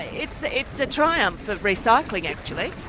it's it's a triumph of recycling actually.